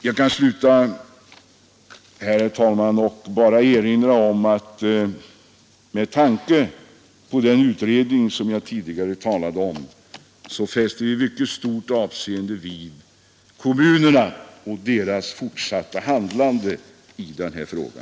Jag kan sluta här, herr talman, och bara erinra om att vi, med tanke på den utredning som jag tidigare talade om, fäster mycket stort avseende vid kommunerna och deras fortsatta handlande i denna fråga.